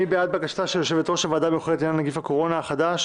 מי בעד בקשתה של יושבת-ראש הוועדה המיוחדת לעניין נגיף הקורונה החדש